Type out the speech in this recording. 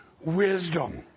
wisdom